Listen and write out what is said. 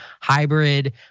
hybrid